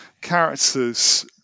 characters